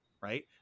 right